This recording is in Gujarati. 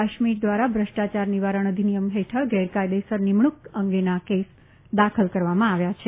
કાશ્મીર દ્વારા ભ્રષ્ટાયાર નિવારણ અધિનિયમ હેઠળ ગેરકાયદેસર નિમણૂક અંગેના કેસ દાખલ કરવામાં આવ્યા છે